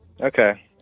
Okay